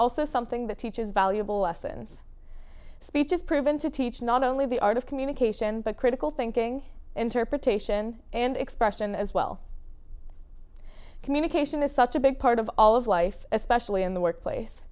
also something that teaches valuable lessons speech is proven to teach not only the art of communication but critical thinking interpretation and expression as well communication is such a big part of all of life especially in the workplace